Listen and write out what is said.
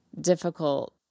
difficult